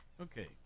Okay